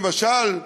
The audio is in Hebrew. למשל,